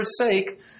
forsake